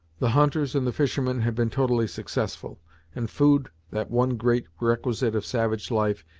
the hunters and the fishermen had been totally successful and food, that one great requisite of savage life,